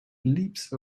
leaps